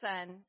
son